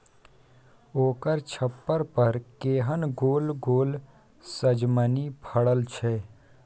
ओकर छप्पर पर केहन गोल गोल सजमनि फड़ल छै